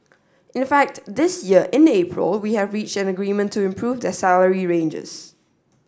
in fact this year in April we have reached an agreement to improve their salary ranges